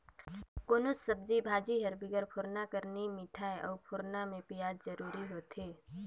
कोनोच सब्जी भाजी हर बिगर फोरना कर नी मिठाए अउ फोरना में पियाज जरूरी होथे